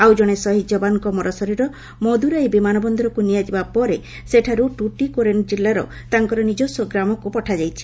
ଆଉ ଜଣେ ଶହୀଦ୍ ଯବାନଙ୍କ ମରଶରୀର ମଦୁରାଇ ବିମାନ ବନ୍ଦରକୁ ନିଆଯିବା ପରେ ସେଠାରୁ ଟୁଟିକୋରେନ୍ ଜିଲ୍ଲାର ତାଙ୍କର ନିଜସ୍ୱ ଗ୍ରାମକୁ ପଠାଯାଇଛି